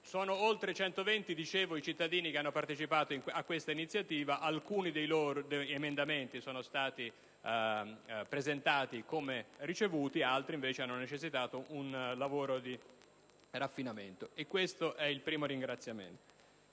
Sono oltre 120 - ripeto - i cittadini che hanno partecipato a questa iniziativa. Alcuni dei loro emendamenti sono stati presentati così come li abbiamo ricevuti, altri hanno necessitato di un lavoro di affinamento. Questo è il primo ringraziamento.